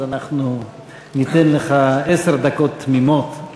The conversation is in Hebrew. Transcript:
אז אנחנו ניתן לך עשר דקות תמימות.